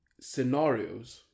scenarios